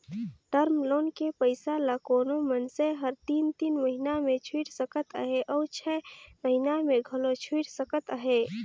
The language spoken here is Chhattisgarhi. टर्म लोन के पइसा ल कोनो मइनसे हर तीन तीन महिना में छुइट सकत अहे अउ छै महिना में घलो छुइट सकत अहे